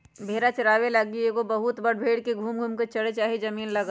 भेड़ा चाराबे लागी एगो बहुत बड़ भेड़ के घुम घुम् कें चरे लागी जमिन्न लागत